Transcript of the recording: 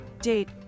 Date